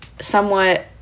somewhat